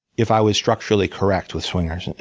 if i was structurally correct with swingers,